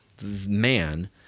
man